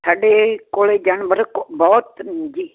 ਸਾਡੇ ਕੋਲੇ ਜਾਨਵਰ ਬਹੁਤ ਜੀ